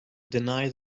deny